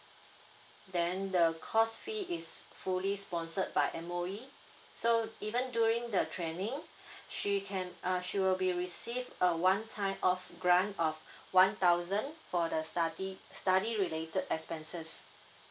then the course fee is fully sponsored by M_O_E so even during the training she can uh she will be receive a one time off grant of one thousand for the study study related expenses